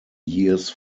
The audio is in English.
years